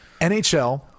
NHL